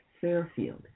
Fairfield